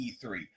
E3